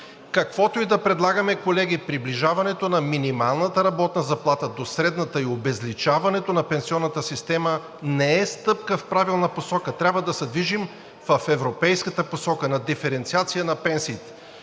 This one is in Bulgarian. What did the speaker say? Каквото и да предлагаме, колеги, приближаването на минималната работна заплата до средната и обезличаването на пенсионната система не е стъпка в правилна посока. Трябва да се движим в европейската посока – на диференциация на пенсиите